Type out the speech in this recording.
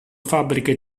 fabbriche